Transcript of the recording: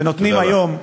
ונותנים היום,